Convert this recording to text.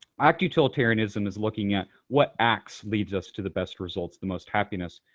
act utilitarianism is looking at what acts leads us to the best results, the most happiness.